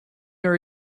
are